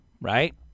right